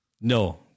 No